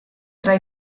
tre